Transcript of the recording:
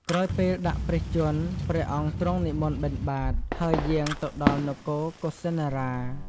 ក្រោយពេលដាក់ព្រះជន្ម ព្រះអង្គទ្រង់និមន្តបិណ្ឌបាត ហើយយាងទៅដល់នគរកុសិនារា។